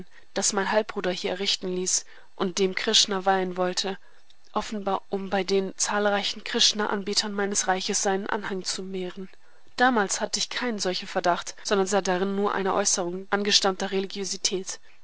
das mein halbbruder hier errichten ließ und dem krishna weihen wollte offenbar um bei den zahlreichen krishna anbetern meines reiches seinen anhang zu mehren damals hatte ich keinen solchen verdacht sondern sah darin nur eine äußerung angestammter religiosität